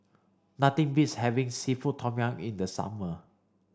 nothing beats having seafood Tom Yum in the summer